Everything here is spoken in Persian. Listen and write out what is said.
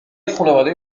خونواده